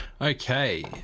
Okay